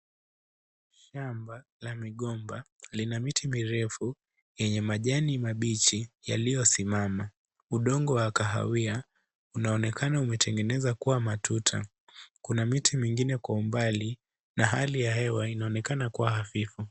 Shamba la migomba lina miti mirefu yenye majani mambichi yaliyosimama. Udongo wa kahawai unaonekana umetengeza kuwa matuta. Kuna miti mingine kwa umbali na hali ya hewa inaonekana kuwa hafifu.